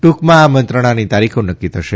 ટૂંકમાં આ મંત્રણાની તારીખો નક્કી થશે